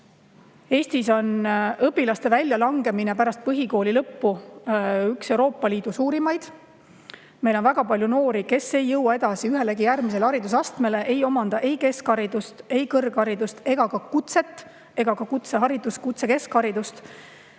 Eestis on õpilaste väljalangemine pärast põhikooli lõppu üks Euroopa Liidu suurimaid. Meil on väga palju noori, kes ei jõua edasi ühelegi järgmisele haridusastmele, ei omanda ei keskharidust, kõrgharidust ega ka kutsekeskharidust.